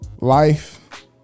Life